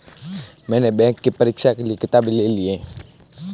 मैने बैंक के परीक्षा के लिऐ किताबें ले ली हैं